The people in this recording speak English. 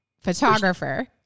photographer